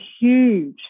huge